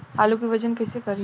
आलू के वजन कैसे करी?